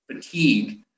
fatigue